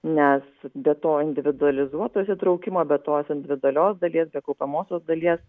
nes be to individualizuotos įtraukimo be tos individualios dalies be kaupiamosios dalies